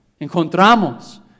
encontramos